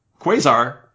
Quasar